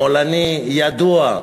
שמאלני ידוע,